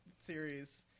series